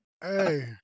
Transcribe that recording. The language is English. Hey